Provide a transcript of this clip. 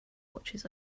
watches